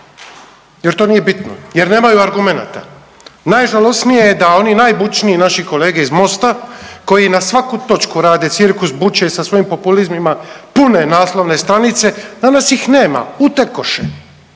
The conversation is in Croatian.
jer to nije bitno, jer nemaju argumenata. Najžalosnije je da oni najbučniji naši kolege iz MOST-a koji na svaku točku rade cirkus, buče i sa svojim populizmima, pune naslovne stranice danas ih nema. Utekoše,